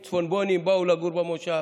"צפונבונים" באו לגור במושב,